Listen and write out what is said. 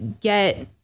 get